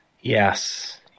Yes